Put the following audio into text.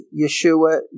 Yeshua